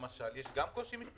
למשל, יש גם קושי משפטי?